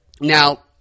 Now